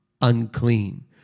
unclean